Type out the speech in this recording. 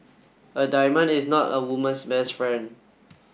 a diamond is not a woman's best friend